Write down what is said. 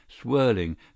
swirling